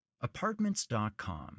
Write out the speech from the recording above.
Apartments.com